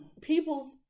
people's